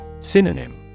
Synonym